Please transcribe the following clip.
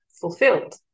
fulfilled